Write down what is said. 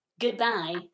goodbye